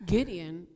Gideon